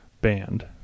band